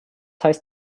heißt